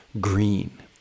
Green